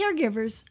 caregivers